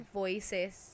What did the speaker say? voices